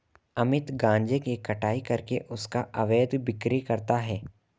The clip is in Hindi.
अमित गांजे की कटाई करके उसका अवैध बिक्री करता है